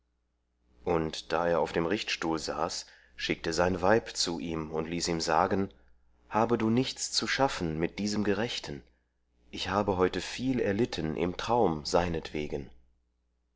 und da er auf dem richtstuhl saß schickte sein weib zu ihm und ließ ihm sagen habe du nichts zu schaffen mit diesem gerechten ich habe heute viel erlitten im traum seinetwegen